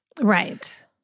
right